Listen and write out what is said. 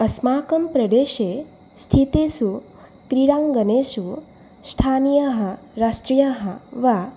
अस्माकं प्रदेशे स्थितेषु क्रीडाङ्गणेषु श्थानीयः राष्ट्रियः वा